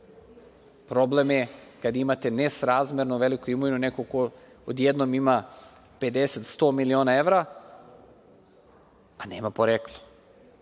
Problem je kada ima nesrazmerno veliku imovinu, neko ko odjednom ima 50, 100 miliona evra, a nema poreklo.